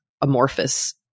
amorphous